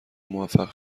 موفق